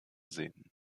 sehen